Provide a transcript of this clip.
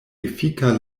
efika